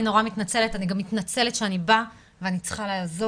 אני נורא מתנצלת אני גם מתנצלת שאני באה ואני צריכה לעזוב,